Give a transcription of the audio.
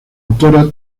autora